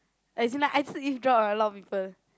as in like I eavesdrop on a lot of people